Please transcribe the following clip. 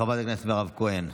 חברת הכנסת מירב כהן,